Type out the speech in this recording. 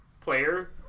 player